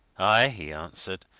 aye! he answered.